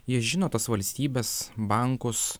jie žino tas valstybes bankus